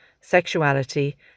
sexuality